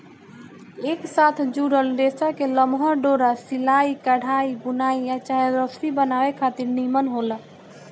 एक साथ जुड़ल रेसा के लमहर डोरा सिलाई, कढ़ाई, बुनाई आ चाहे रसरी बनावे खातिर निमन होला